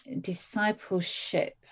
discipleship